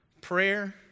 Prayer